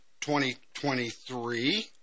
2023